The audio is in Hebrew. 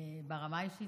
ברמה האישית,